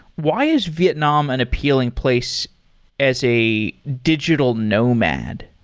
why is vietnam an appealing place as a digital nomad?